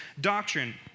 doctrine